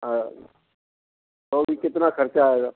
हाँ तो भी कितना खर्चा आएगा